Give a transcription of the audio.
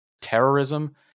terrorism